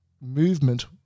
movement